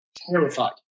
terrified